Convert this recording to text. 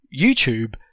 YouTube